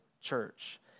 church